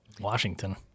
Washington